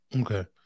Okay